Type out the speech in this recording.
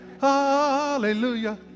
hallelujah